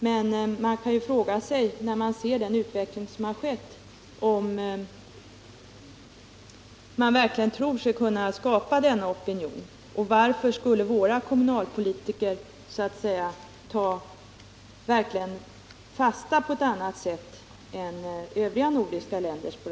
Men när man ser den utveckling som skett kan man fråga sig om det verkligen är möjligt att skapa denna opinion. Är våra kommunalpolitiker mer ansvarskännande vad kulturen beträffar än sina kollegor i de nordiska länderna?